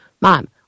Mom